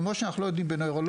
כמו שאנחנו לא יודעים בנוירולוגים